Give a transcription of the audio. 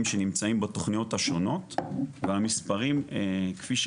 שנמצאים בתוכניות השונות והמספרים כפי,